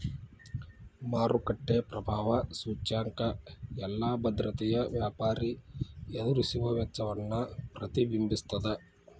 ಮಾರುಕಟ್ಟೆ ಪ್ರಭಾವ ಸೂಚ್ಯಂಕ ಎಲ್ಲಾ ಭದ್ರತೆಯ ವ್ಯಾಪಾರಿ ಎದುರಿಸುವ ವೆಚ್ಚವನ್ನ ಪ್ರತಿಬಿಂಬಿಸ್ತದ